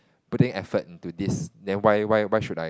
putting effort in to this then why why why should I